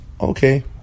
Okay